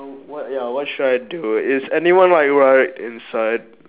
uh what ya what should I do is anyone or what inside